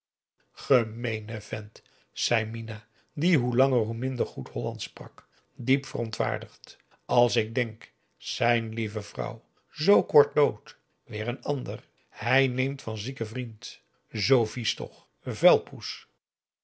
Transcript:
gemeene vent zei mina die hoe langer hoe minder goed hollandsch sprak diep verontwaardigd als ik denk zijn lieve vrouw zoo kort dood weer een ander hij neemt van zieken vriend zoo vies toch vuilpoes